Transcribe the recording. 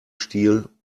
stil